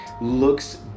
looks